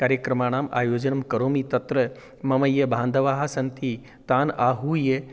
कार्यक्रमाणाम् आयोजनं करोमि तत्र मम ये बान्धवाः सन्ति तान् आहूय